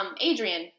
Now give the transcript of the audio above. Adrian